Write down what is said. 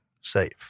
safe